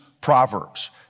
Proverbs